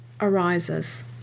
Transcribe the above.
Arises